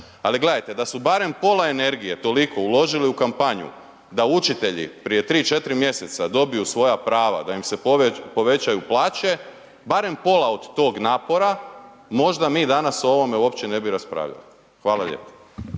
ali gledajte da su barem pola energije toliko uložili u kampanju da učitelji prije tri, četiri mjeseca dobiju svoja prava, da im se povećaju plaće barem pola od tog napora, možda bi danas o ovome uopće ne bi raspravljali. Hvala lijepo.